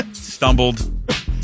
stumbled